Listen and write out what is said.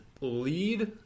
lead